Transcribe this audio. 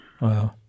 Wow